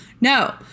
no